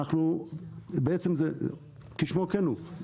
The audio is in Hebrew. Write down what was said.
בעצם כשמו כן הוא.